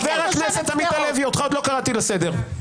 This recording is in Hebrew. חבר הכנסת עמית הלוי, אותך עוד לא קראתי לסדר.